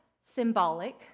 symbolic